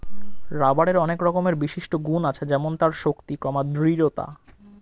রাবারের অনেক রকমের বিশিষ্ট গুন্ আছে যেমন তার শক্তি, দৃঢ়তা